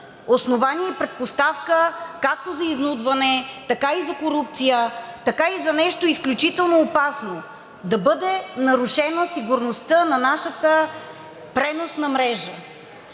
основание и предпоставка както за изнудване, така и за корупция, така и за нещо изключително опасно – да бъде нарушена сигурността на нашата преносна мрежа.